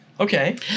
Okay